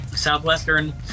Southwestern